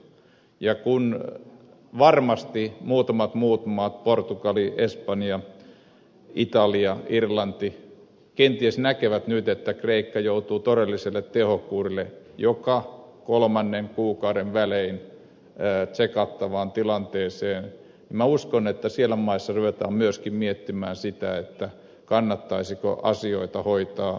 ja kun varmasti muutamat muut maat portugali espanja italia irlanti kenties näkevät nyt että kreikka joutuu todelliselle tehokuurille joka kolmannen kuukauden välein tsekattavaan tilanteeseen minä uskon että siellä maissa ruvetaan myöskin miettimään sitä kannattaisiko asioita hoitaa toisella tavalla